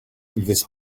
this